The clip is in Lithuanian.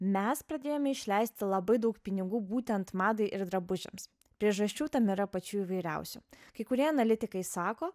mes pradėjome išleisti labai daug pinigų būtent madai ir drabužiams priežasčių tam yra pačių įvairiausių kai kurie analitikai sako